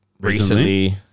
recently